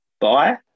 buy